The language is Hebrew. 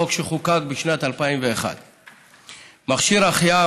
חוק שחוקק בשנת 2001. מכשיר ההחייאה,